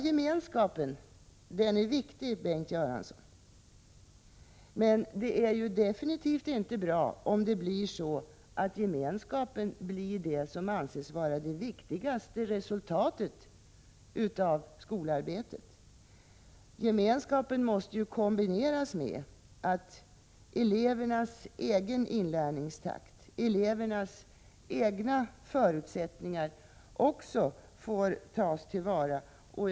Gemenskapen är viktig, Bengt Göransson. Men det är definitivt inte bra om gemenskapen anses vara det viktigaste resultatet av skolarbetet. Gemenskapen måste kombineras med att elevernas egen inlärningstakt och elevernas egna förutsättningar också tas i beaktande.